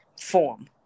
form